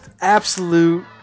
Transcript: absolute